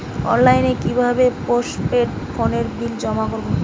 অনলাইনে কি ভাবে পোস্টপেড ফোনের বিল জমা করব?